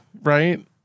right